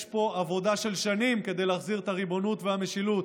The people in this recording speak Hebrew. יש פה עבודה של שנים כדי להחזיר את הריבונות והמשילות